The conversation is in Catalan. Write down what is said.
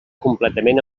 completament